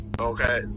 okay